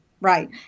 right